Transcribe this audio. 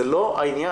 זה לא העניין.